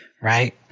right